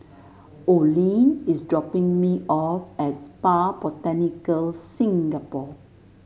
Olene is dropping me off at Spa Botanica Singapore